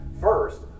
First